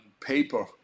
paper